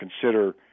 consider